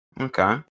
Okay